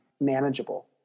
manageable